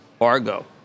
Argo